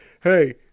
hey